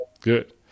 good